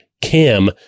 Cam